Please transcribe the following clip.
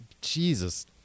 Jesus